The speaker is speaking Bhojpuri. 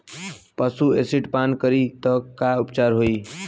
पशु एसिड पान करी त का उपचार होई?